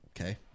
Okay